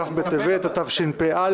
כ' בטבת התשפ"א,